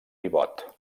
pivot